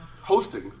Hosting